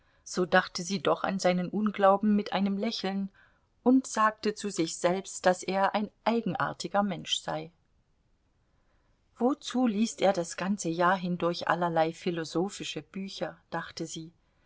so dachte sie doch an seinen unglauben mit einem lächeln und sagte zu sich selbst daß er ein eigenartiger mensch sei wozu liest er das ganze jahr hindurch allerlei philosophische bücher dachte sie